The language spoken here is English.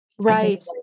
Right